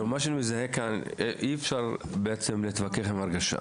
אי-אפשר להתווכח עם הרגשה,